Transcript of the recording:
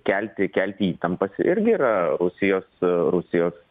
kelti kelti įtampas irgi yra rusijos rusijos